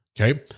Okay